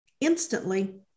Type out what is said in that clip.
instantly